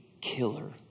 killer